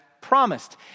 promised